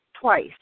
twice